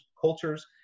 cultures